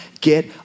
get